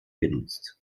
genutzt